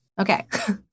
Okay